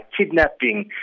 kidnapping